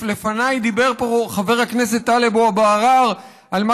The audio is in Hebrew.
לפניי דיבר פה חבר הכנסת טלב אבו עראר על מה